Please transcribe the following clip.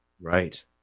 right